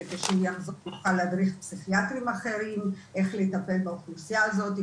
וכשהוא יחזור יוכל להדריך פסיכיאטרים אחרים איך לטפל באוכלוסיה הזאת,